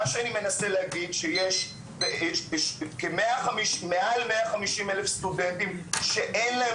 מה שאני מנסה להגיד שיש מעל 150 אלף סטודנטים שאין להם